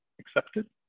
accepted